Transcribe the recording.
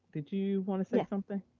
did you wanna say something?